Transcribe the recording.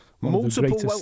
multiple